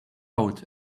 out